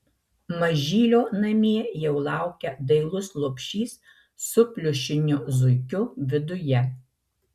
mažylio namie jau laukia dailus lopšys su pliušiniu zuikiu viduje